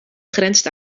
grenst